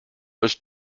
ist